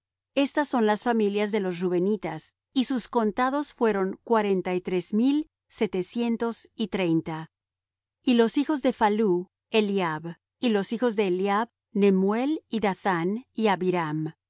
estas son las familias de los rubenitas y sus contados fueron cuarenta y tres mil setecientos y treinta y los hijos de phallú eliab y los hijos de eliab nemuel y dathán y